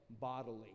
bodily